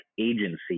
agency